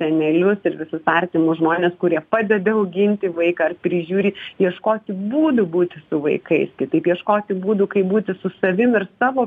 senelius ir visus artimus žmones kurie padeda auginti vaiką prižiūri ieškoti būdų būti su vaikais kitaip ieškoti būdų kaip būti su savimi ir savo